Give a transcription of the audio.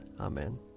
Amen